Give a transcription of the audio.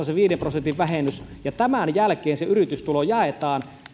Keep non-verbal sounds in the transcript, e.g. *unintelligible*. *unintelligible* se viiden prosentin vähennys tulee koko yrittäjätulosta ja tämän jälkeen se yritystulo jaetaan